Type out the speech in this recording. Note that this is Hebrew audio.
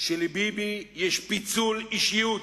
שלביבי יש פיצול אישיות: